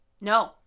No